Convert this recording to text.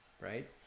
right